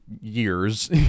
years